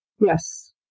Yes